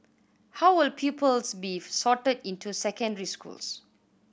how will pupils be sorted into secondary schools